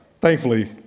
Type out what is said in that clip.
Thankfully